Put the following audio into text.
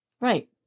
Right